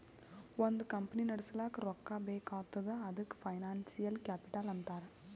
ಒಂದ್ ಕಂಪನಿ ನಡುಸ್ಲಾಕ್ ರೊಕ್ಕಾ ಬೇಕ್ ಆತ್ತುದ್ ಅದಕೆ ಫೈನಾನ್ಸಿಯಲ್ ಕ್ಯಾಪಿಟಲ್ ಅಂತಾರ್